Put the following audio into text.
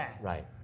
Right